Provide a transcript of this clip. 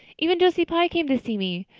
even josie pye came to see me.